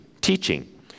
teaching